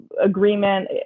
agreement